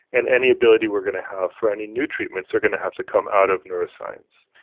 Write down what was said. and any ability we're going to have for any new treatments are going to have to come out of neuroscience.